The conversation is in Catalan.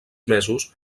mesos